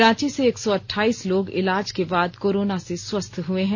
रांची से एक सौ अठाईस लोग इलाज के बाद कोरोना से स्वथ्य हुए हैं